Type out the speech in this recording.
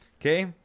Okay